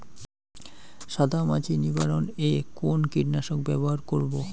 সাদা মাছি নিবারণ এ কোন কীটনাশক ব্যবহার করব?